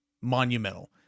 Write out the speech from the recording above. monumental